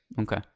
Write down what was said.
Okay